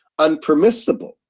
unpermissible